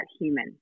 human